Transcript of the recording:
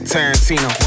Tarantino